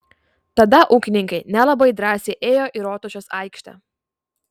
tada ūkininkai nelabai drąsiai ėjo į rotušės aikštę